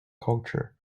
culture